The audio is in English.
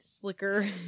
Slicker